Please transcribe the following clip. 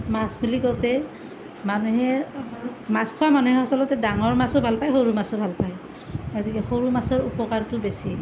মাছ বুলি কওঁতে মানুহে মাছ খোৱা মানুহে আচলতে ডাঙৰ মাছো ভাল পায় সৰু মাছো ভাল পায় গতিকে সৰু মাছৰ উপকাৰটো বেছি